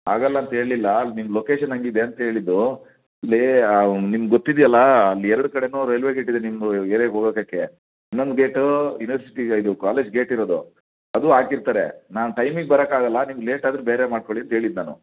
ಆಗಲ್ಲ ಅಂತ ಹೇಳಲಿಲ್ಲ ನಿಮ್ಮ ಲೊಕೇಷನ್ ಹಾಗಿದೆ ಅಂತ ಹೇಳಿದ್ದು ಇಲ್ಲಿ ನಿಮಗ್ಗೊತ್ತಿದೆಯಲ್ಲ ಅಲ್ಲಿ ಎರಡು ಕಡೆಯೂ ರೈಲ್ವೆ ಗೇಟ್ ಇದೆ ನಿಮ್ಮದು ಏರಿಯಾಗೆ ಹೋಗೋದಕ್ಕೆ ಇನ್ನೊಂದು ಗೇಟ್ ಯೂನಿವರ್ಸಿಟಿ ಇದು ಕಾಲೇಜ್ ಗೇಟ್ ಇರೋದು ಅದೂ ಹಾಕಿರ್ತಾರೆ ನಾನು ಟೈಮಿಗ್ ಬರಕ್ಕಾಗಲ್ಲ ನಿಮಗೆ ಲೇಟ್ ಆದರೆ ಬೇರೆ ಮಾಡಿಕೊಳ್ಳಿ ಅಂತ ಹೇಳಿದ್ದು ನಾನು